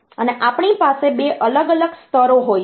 અને આપણી પાસે 2 અલગ અલગ સ્તરો હોય છે